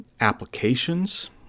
applications